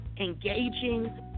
engaging